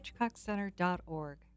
hitchcockcenter.org